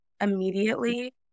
immediately